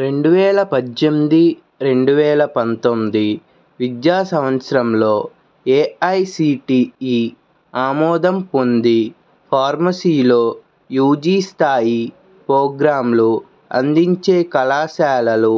రెండు వేల పద్దెనిమిది రెండు వేల పంతొంది విద్యా సంవత్సరంలో ఏఐసిటిఈ ఆమోదం పొంది ఫార్మసీలో యూజీ స్థాయి ప్రోగ్రాంలు అందించే కళాశాలలు